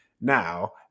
now